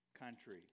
country